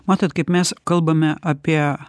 matot kaip mes kalbame apie